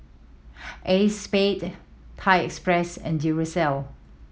Acexspade Thai Express and Duracell